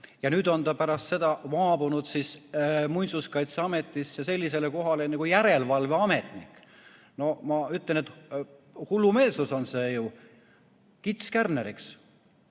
Ja nüüd on ta pärast seda maabunud Muinsuskaitseametisse sellisele kohale nagu järelevalveametnik. No ma ütlen, et hullumeelsus on see ju – kits kärneriks!